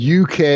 UK